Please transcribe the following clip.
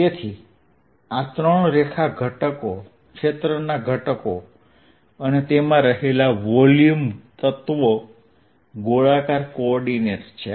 તેથી આ ત્રણ રેખા ઘટકો ક્ષેત્રના ઘટકો અને તેમાં રહેલા વોલ્યુમ તત્વો ગોળાકાર કોઓર્ડિનેટ્સ છે